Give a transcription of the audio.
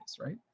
right